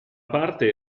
parte